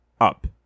up